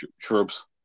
troops